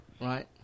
Right